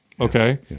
Okay